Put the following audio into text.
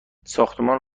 ساختمان